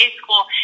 school